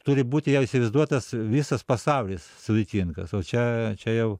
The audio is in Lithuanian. turi būti jau įsivaizduotas visas pasaulis sudėtingas o čia čia jau